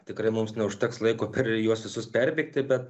tikrai mums neužteks laiko per juos visus perbėgti bet